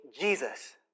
Jesus